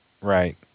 Right